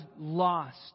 lost